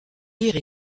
lire